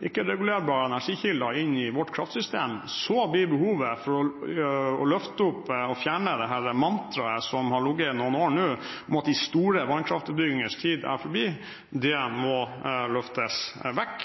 energikilder inn i vårt kraftsystem, vil det bli behov for å løfte opp og fjerne det mantraet som har ligget noen år nå om at de store vannkraftutbyggingers tider er forbi. Det må løftes vekk.